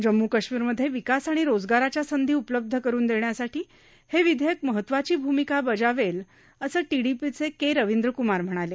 जम्मू कश्मीरमधे विकास आणि रोजगाराच्या संधी उपलब्ध करुन देण्यासाठी हे विधेयक महत्त्वाची भूमिका बजावले असं टीडीपीचे के रविंद्रक्मार म्हणाले